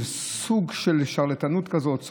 איזה סוג של שרלטנות כזאת,